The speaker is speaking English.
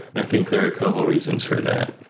i think there are a couple of reasons for that.